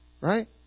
right